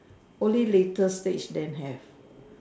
only later stage then have